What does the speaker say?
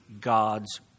God's